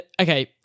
okay